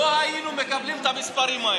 לא היינו מקבלים את המספרים האלה.